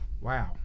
Wow